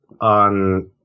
on